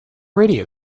radio